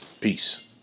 Peace